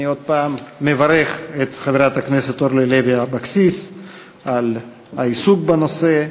אני עוד פעם מברך את חברת הכנסת אורלי לוי אבקסיס על העיסוק בנושא,